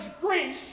Greece